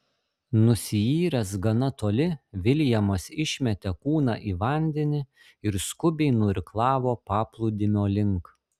nusiyręs gana toli viljamas išmetė kūną į vandenį ir skubiai nuirklavo paplūdimio link